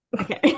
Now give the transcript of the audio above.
okay